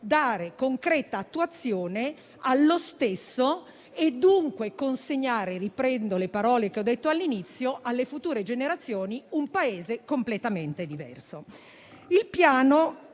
dargli concreta attuazione e dunque consegnare - riprendo le parole che ho detto all'inizio - alle future generazioni un Paese completamente diverso.